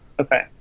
Okay